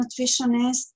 nutritionist